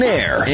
air